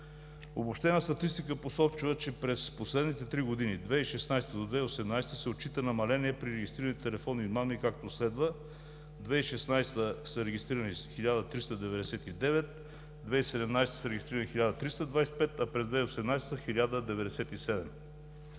Обобщената статистика посочва, че през последните три години – 2016 до 2018 г., се отчита намаление при регистрираните телефонни измами, както следва: 2016 г. са регистрирани 1399; 2017 г. са регистрирани 1325, а през 2018 г. – 1097.